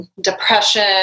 depression